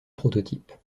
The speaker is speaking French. prototype